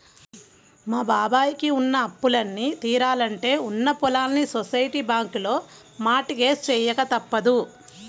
మా బాబాయ్ కి ఉన్న అప్పులన్నీ తీరాలంటే ఉన్న పొలాల్ని సొసైటీ బ్యాంకులో మార్ట్ గేజ్ చెయ్యక తప్పదు